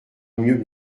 mieux